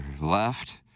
left